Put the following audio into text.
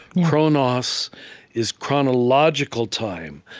chronos is chronological time,